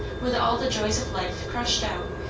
with all the joys of life crushed out,